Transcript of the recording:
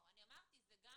אמרתי שזה גם